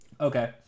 Okay